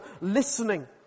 listening